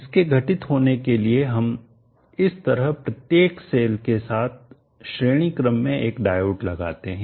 इसके घटित होने के लिए हम इस तरह प्रत्येक सेल के साथ श्रेणी क्रम में एक डायोड लगाते हैं